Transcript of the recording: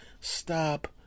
stop